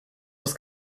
muss